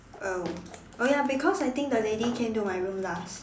oh oh ya because I think the lady came to my room last